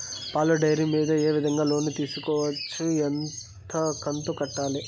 పాల డైరీ మీద ఏ విధంగా లోను తీసుకోవచ్చు? ఎంత కంతు కట్టాలి?